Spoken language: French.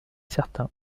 certain